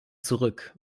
zurück